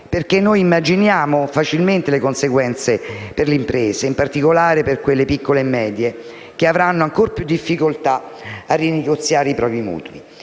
perché noi immaginiamo facilmente le conseguenze per le imprese, in particolare per quelle piccole e medie che avranno ancor più difficoltà a rinegoziare i propri mutui.